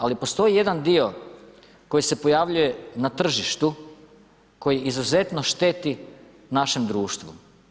Ali, postoji jedan dio koji se pojavljuje na tržištu koji izuzetno šteti našem društvu.